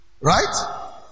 Right